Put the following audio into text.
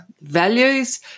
Values